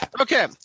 Okay